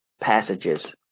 passages